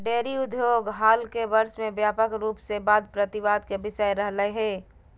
dairy उद्योग हाल के वर्ष में व्यापक रूप से वाद प्रतिवाद के विषय रहलय हें